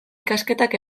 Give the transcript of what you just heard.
ikasketak